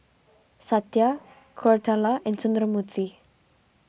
Satya Koratala and Sundramoorthy